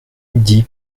dix